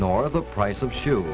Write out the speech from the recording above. nor the price of shoe